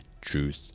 truth